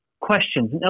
questions